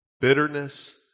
bitterness